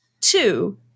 Two